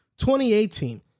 2018